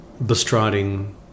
bestriding